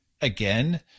again